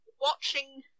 watching